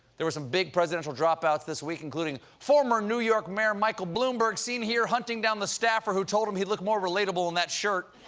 there were some big presidential drop-outs this week, including former new york mayor michael bloomberg, seen here hunting down the staffer who told him he'd look more relatable in that shirt.